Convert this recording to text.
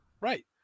right